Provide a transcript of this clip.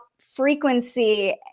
frequency